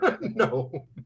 No